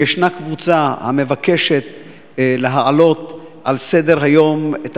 שישנה קבוצה המבקשת להעלות על סדר-היום את